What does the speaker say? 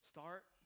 Start